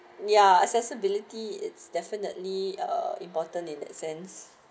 ya accessibility it's definitely uh important in that sense